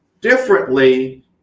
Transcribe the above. differently